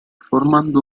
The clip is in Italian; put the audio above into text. formando